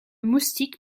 moustique